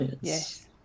Yes